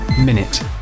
minute